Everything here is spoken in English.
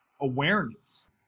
awareness